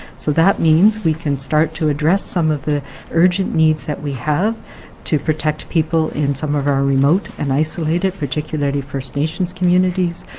so that means we can start to address some of the urgent needs we have to protect people in some of our our remote and isolated, particularly first nations communities,